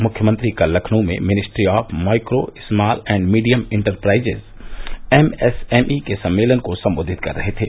मुख्यमंत्री कल लखनऊ में ministry of micro small and medium enterprises M S M E के सम्मेलन को सम्बोधित कर रहे थे